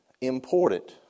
important